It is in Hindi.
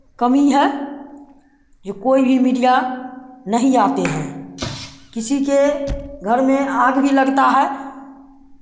कमी है जो कोई भी मीडिया नहीं आते हैं किसी के घर में आग भी लगता है